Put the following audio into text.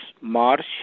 march